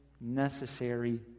necessary